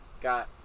got